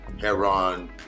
Heron